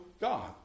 God